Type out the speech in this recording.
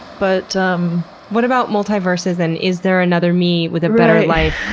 but um what about multiverses and is there another me with a better life,